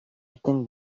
эртең